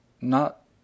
Not